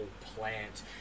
plant